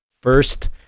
First